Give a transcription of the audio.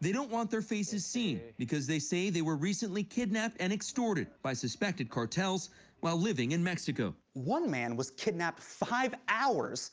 they don't want their faces seen because they say they were recently kidnapped and extorted by suspected cartels while living in mexico. one man was kidnapped five hours